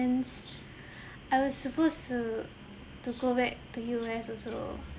I was supposed to to go back to U_S also